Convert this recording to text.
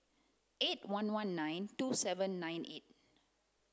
eight one one nine two seven nine eight